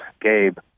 Gabe